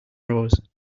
rose